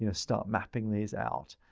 you know start mapping these out.